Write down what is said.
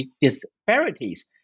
disparities